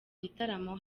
gitaramo